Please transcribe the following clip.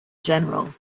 general